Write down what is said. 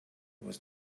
was